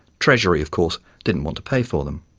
treasury, of course, didn't want to pay for them.